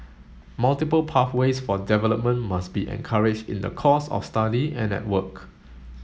multiple pathways for development must be encouraged in the course of study and at work